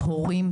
הורים,